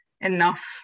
enough